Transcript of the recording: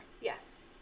Yes